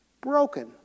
broken